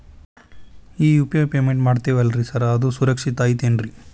ಈ UPI payment ಮಾಡ್ತೇವಿ ಅಲ್ರಿ ಸಾರ್ ಅದು ಸುರಕ್ಷಿತ್ ಐತ್ ಏನ್ರಿ?